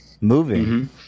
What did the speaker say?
Moving